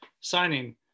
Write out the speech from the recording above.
signing